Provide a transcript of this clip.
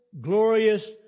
glorious